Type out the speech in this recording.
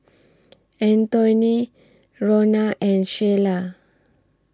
Antoine Ronna and Sheyla